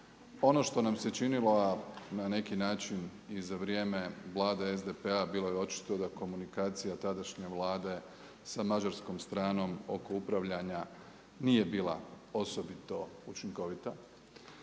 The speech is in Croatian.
Ono što nam se činilo, a na neki način i za vrijeme vlade SDP-a bilo je očito da komunikacija tadašnje vlade sa mađarskom stranom oko upravljanja nije bila osobito učinkovita,